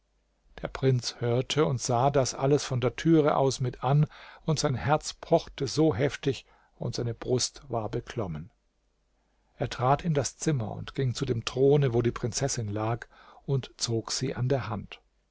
der prinz hörte und sah das alles von der türe aus mit an und sein herz pochte so heftig und seine brust war beklommen er trat in das zimmer und ging zu dem throne wo die prinzessin lag und zog sie an der hand